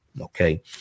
Okay